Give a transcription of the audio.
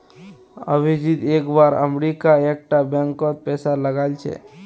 अभिजीत एक बार अमरीका एक टा बैंक कोत पैसा लगाइल छे